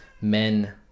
men